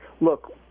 look